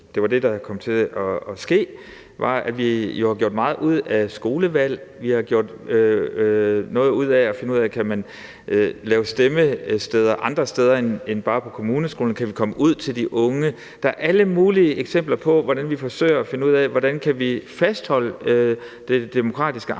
det var det, der kom til at ske, var, at vi jo har gjort meget ud af skolevalg. Vi har gjort noget ud af at finde ud af, om man kan lave afstemningssteder andre steder end bare på kommuneskolerne, om vi kan komme ud til de unge. Der er alle mulige eksempler på, hvordan vi forsøger at finde ud af, hvordan vi kan fastholde det demokratiske